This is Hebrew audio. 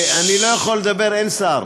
למה הצבעת נגד, איתן, אני לא יכול לדבר, אין שר.